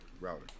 router